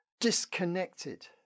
disconnected